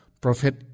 Prophet